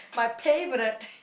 my favourite